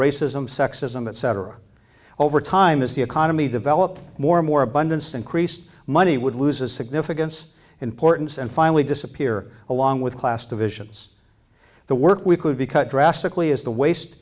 racism sexism etc over time as the economy developed more and more abundance increased money would loses significance importance and finally disappear along with class divisions the work we could be cut drastically as the wast